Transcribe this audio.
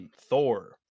Thor